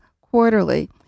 quarterly